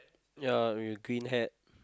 ya we clean hand